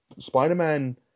Spider-Man